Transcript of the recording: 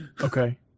Okay